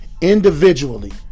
Individually